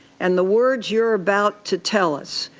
and the words you are about to tell us,